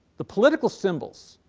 the political symbols,